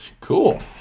cool